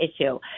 issue